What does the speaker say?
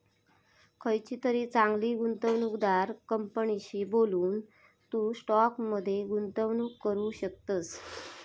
खयचीतरी चांगली गुंवणूकदार कंपनीशी बोलून, तू स्टॉक मध्ये गुंतवणूक करू शकतस